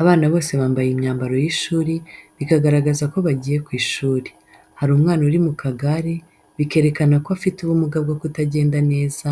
Abana bose bambaye imyambaro y’ishuri, bikagaragaza ko bagiye ku ishuri. Hari umwana uri mu kagare bikerekana ko afite ubumuga bwo kutagenda neza,